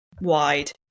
wide